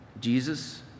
jesus